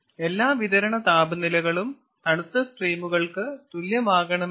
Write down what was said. എല്ലാ വിതരണ താപനിലകളും തണുത്ത സ്ട്രീമുകൾക്ക് തുല്യമാകണമെന്നില്ല